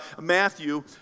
Matthew